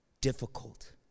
difficult